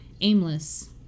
aimless